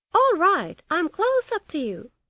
all right, i am close up to you